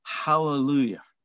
hallelujah